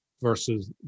versus